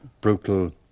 brutal